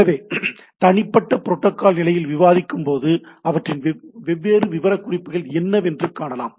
எனவே தனிப்பட்ட புரோட்டோகால் நிலையில் விவாதிக்கும்போது அவற்றின் வெவ்வேறு விவரக்குறிப்புகள் என்ன என்று காணலாம்